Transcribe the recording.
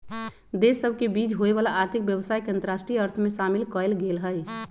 देश सभ के बीच होय वला आर्थिक व्यवसाय के अंतरराष्ट्रीय अर्थ में शामिल कएल गेल हइ